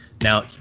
Now